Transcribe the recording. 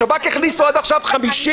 השב"כ הכניסו עד עכשיו 50,000 אנשים לבידוד.